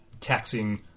taxing